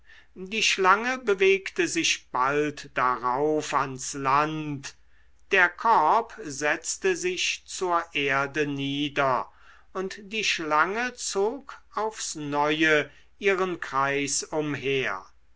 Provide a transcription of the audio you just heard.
die schlange bewegte sich bald darauf ans land der korb setzte sich zur erde nieder und die schlange zog aufs neue ihren kreis umher